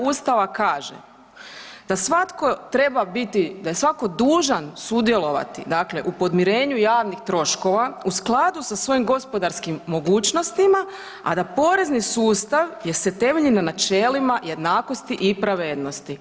Ustava kaže, da svatko treba biti, da je svatko dužan sudjelovati dakle u podmirenju javnih troškova u skladu sa svojim gospodarskim mogućnostima, a da porezni sustav je se temelji na načelima jednakosti i pravednosti.